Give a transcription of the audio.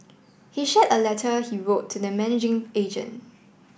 he shared a letter he wrote to the managing agent